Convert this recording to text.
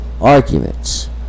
arguments